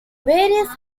various